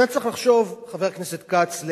חבר הכנסת כץ,